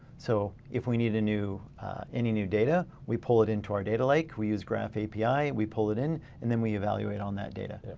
so if we need any new data we pull it into our data lake. we use graph api we pull it in and then we evaluate on that data.